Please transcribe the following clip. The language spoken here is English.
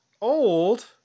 Old